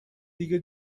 دیگه